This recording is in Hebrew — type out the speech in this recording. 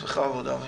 אז בכבוד, אבי.